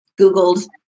Googled